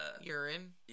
Urine